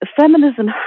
feminism